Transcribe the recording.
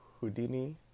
Houdini